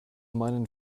meinen